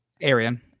Arian